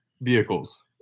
vehicles